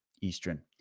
Eastern